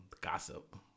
gossip